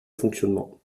fonctionnement